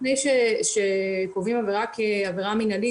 לפני שקובעים עבירה כעבירה מינהלית,